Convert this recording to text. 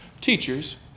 teachers